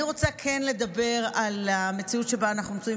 אני כן רוצה לדבר על המציאות שבה אנחנו נמצאים,